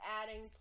adding